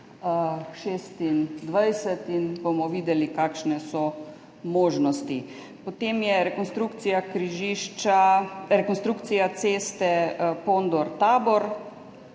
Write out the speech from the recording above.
2026 in bomo videli, kakšne so možnosti. Potem je rekonstrukcija ceste Pondor–Tabor,